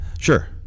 Sure